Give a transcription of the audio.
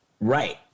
Right